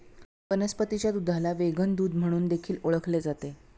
वनस्पतीच्या दुधाला व्हेगन दूध म्हणून देखील ओळखले जाते